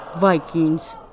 Vikings